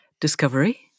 discovery